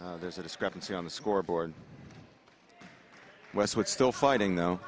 there's a discrepancy on the scoreboard westwood still fighting though